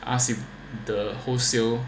ask if the wholesale